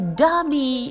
dummy